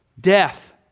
Death